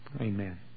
Amen